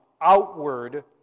outward